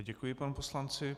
Děkuji panu poslanci.